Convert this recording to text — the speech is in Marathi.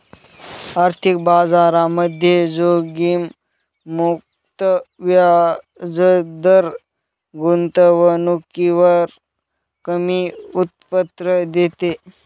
आर्थिक बाजारामध्ये जोखीम मुक्त व्याजदर गुंतवणुकीवर कमी उत्पन्न देते